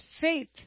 faith